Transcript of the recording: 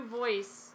voice